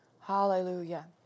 Hallelujah